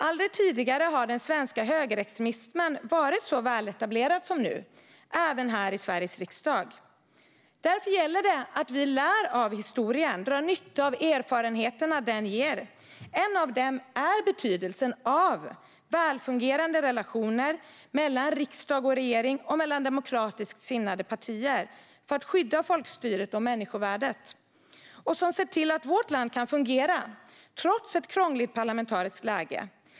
Aldrig tidigare har den svenska högerextremismen varit så väletablerad som nu, även här i Sveriges riksdag. Därför gäller det att vi lär av historien och drar nytta av de erfarenheter den ger. En av dem är betydelsen av välfungerande relationer mellan riksdag och regering och mellan demokratiskt sinnade partier för att skydda folkstyret och människovärdet och som ser till att vårt land kan fortsätta fungera trots ett krångligt parlamentariskt läge.